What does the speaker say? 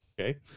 Okay